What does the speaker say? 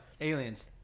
Aliens